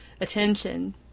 attention